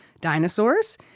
dinosaurs